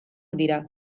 dira